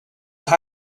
will